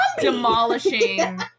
demolishing